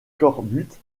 cornbutte